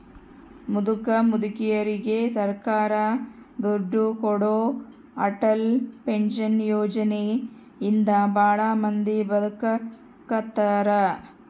ಮುದುಕ ಮುದುಕೆರಿಗೆ ಸರ್ಕಾರ ದುಡ್ಡು ಕೊಡೋ ಅಟಲ್ ಪೆನ್ಶನ್ ಯೋಜನೆ ಇಂದ ಭಾಳ ಮಂದಿ ಬದುಕಾಕತ್ತಾರ